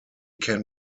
can